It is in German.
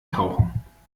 tauchen